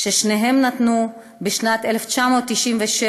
ששניהם נתנו בשנת 1997,